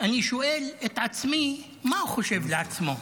אני שואל את עצמי: מה הוא חושב לעצמו,